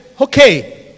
okay